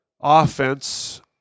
offense